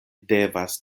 devas